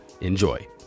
Enjoy